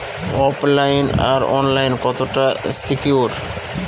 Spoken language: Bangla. ওফ লাইন আর অনলাইন কতটা সিকিউর?